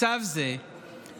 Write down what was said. מצב זה יצר